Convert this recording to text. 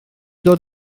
dod